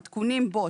העדכונים בו,